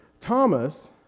Thomas